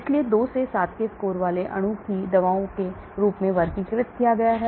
इसलिए 2 से 7 के स्कोर वाले अणु को दवाओं के रूप में वर्गीकृत किया जाता है